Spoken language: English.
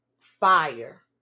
fire